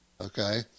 okay